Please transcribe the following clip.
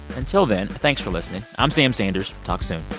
until then, thanks for listening. i'm sam sanders. talk soon